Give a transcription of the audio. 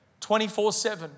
24-7